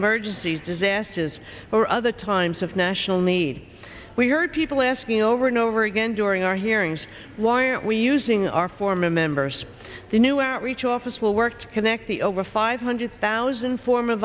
emergencies disasters or other times of national need we heard people asking over and over again during our hearings why aren't we using our former members the new outreach office will work to connect the over five hundred thousand form